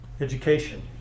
Education